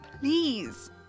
Please